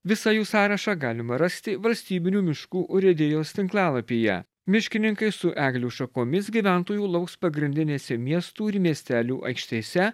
visą jų sąrašą galima rasti valstybinių miškų urėdijos tinklalapyje miškininkai su eglių šakomis gyventojų lauks pagrindinėse miestų ir miestelių aikštėse